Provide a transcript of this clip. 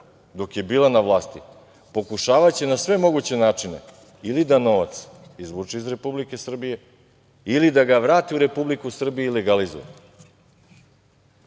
dok je bila na vlasti, pokušavaće na sve moguće načine ili da novac izvuče iz Republike Srbije ili da ga vrati u Republiku Srbiju i legalizuje.